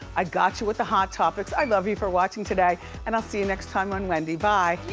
i've got you with the hot topics. i love you for watching today and i'll see you next time on wendy. bye.